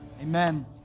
amen